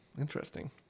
interesting